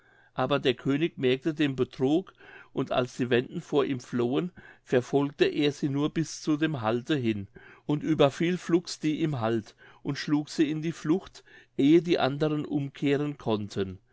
aber der könig merkte den betrug und als die wenden vor ihm flohen verfolgte er sie nur bis zu dem halte hin und überfiel flugs die im halt und schlug sie in die flucht ehe die anderen umkehren konnten